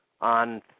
on